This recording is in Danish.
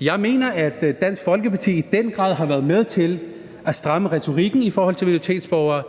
Jeg mener, at Dansk Folkeparti i den grad har været med til at stramme retorikken i forhold til minoritetsborgere.